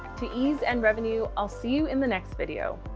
to ease and revenue. i'll see you in the next video.